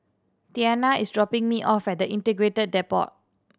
Tianna is dropping me off at Integrated Depot